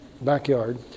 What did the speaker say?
backyard